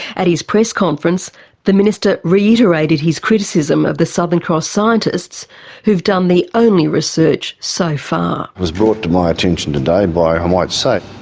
at his press conference the minister reiterated his criticism of the southern cross scientists who've done the only research so far. it was brought to my attention today by, i might say,